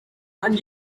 and